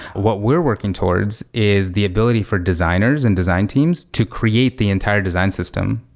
what we're working towards is the ability for designers and design teams to create the entire design system.